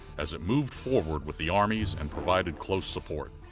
as it moved forward with the armies and provided close support.